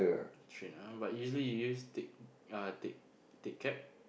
train ah but usually you use take uh take take cab